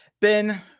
Ben